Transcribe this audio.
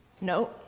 No